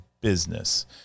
business